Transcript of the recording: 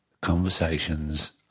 conversations